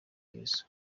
yesu